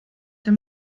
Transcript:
der